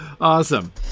Awesome